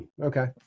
Okay